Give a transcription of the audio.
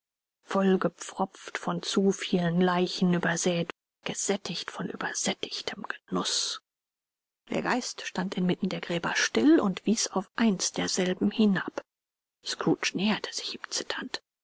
vollgepfropft von zu viel leichen gesättigt von übersättigtem genuß der geist stand inmitten der gräber still und wies auf eins derselben hinab scrooge näherte sich ihm zitternd